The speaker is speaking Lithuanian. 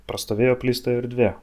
prastovėjo apleista erdvė